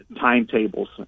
timetables